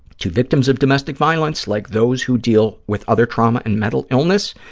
to victims of domestic violence, like those who deal with other trauma and mental illness,